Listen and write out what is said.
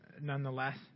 nonetheless